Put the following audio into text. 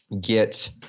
get